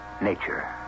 nature